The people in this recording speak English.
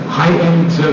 high-end